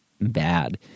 bad